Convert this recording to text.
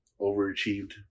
overachieved